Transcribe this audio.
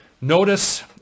notice